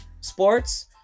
sports